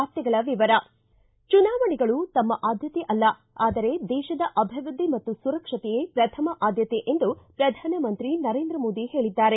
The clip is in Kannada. ವಾರ್ತೆಗಳ ವಿವರ ಚುನಾವಣೆಗಳು ತಮ್ಮ ಆದ್ಯತೆ ಅಲ್ಲ ಆದರೆ ದೇಶದ ಅಭಿವೃದ್ದಿ ಮತ್ತು ಸುರಕ್ಷತೆಯೇ ಪ್ರಥಮ ಆದ್ಯತೆ ಎಂದು ಪ್ರಧಾನಮಂತ್ರಿ ನರೇಂದ್ರ ಮೋದಿ ಹೇಳದ್ದಾರೆ